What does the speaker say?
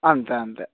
అంతే అంతే